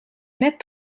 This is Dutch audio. net